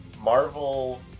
marvel